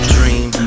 Dream